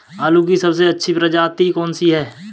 आलू की सबसे अच्छी प्रजाति कौन सी है?